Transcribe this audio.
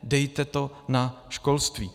Dejte to na školství!